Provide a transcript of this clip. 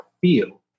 feel